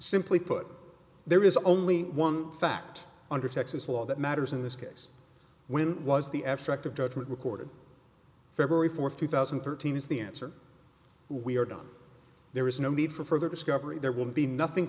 simply put there is only one fact under texas law that matters in this case when was the abstract of judgment recorded february fourth two thousand and thirteen is the answer we are done there is no need for further discovery there will be nothing